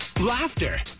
Laughter